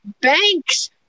banks